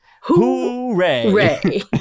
Hooray